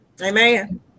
Amen